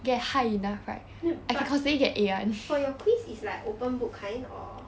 no but for your quiz is like open book kind or